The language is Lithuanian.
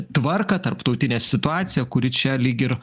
tvarką tarptautinę situaciją kuri čia lyg ir